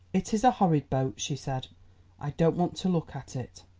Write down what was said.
it is a horrid boat, she said i don't want to look at it.